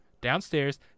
downstairs